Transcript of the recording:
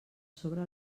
sobre